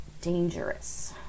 dangerous